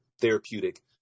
therapeutic